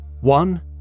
One